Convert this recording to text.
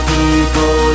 People